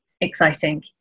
exciting